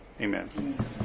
Amen